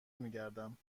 میگردم